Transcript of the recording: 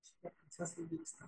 šitie procesai vyksta